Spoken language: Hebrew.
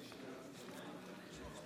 כנוסח